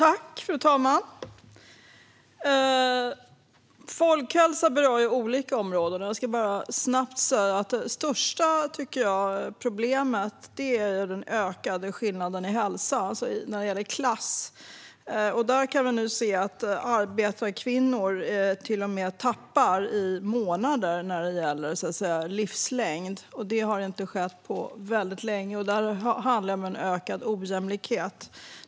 Fru talman! Folkhälsa berör olika områden. Det största problemet är den ökade skillnaden i hälsa när det gäller klass. Vi kan nu se att arbetarkvinnor tappar i månader i livslängd. Det har inte skett på mycket länge, och det handlar om ökad ojämlikhet.